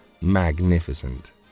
magnificent